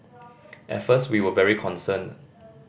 at first we were very concerned